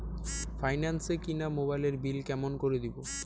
Finance এ কিনা মোবাইলের বিল কেমন করে দিবো?